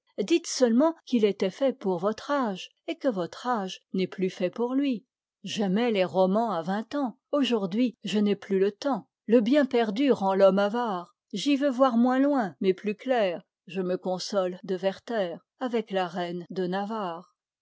seulement qu'il était fait pour votre âge et que votre âge n'est plus fait pour lui j'aimais les romans à vingt ans aujourd'hui je n'ai plus le temps le bien perdu rend l'homme avare j'y veux voir moins loin mais plus clair je me console de werther avec la reine de navarre